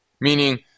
meaning